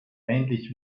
ähnlich